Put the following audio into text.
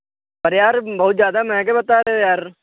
अरे यार बहुत ज़्यादा महँगे बता रहे हो यार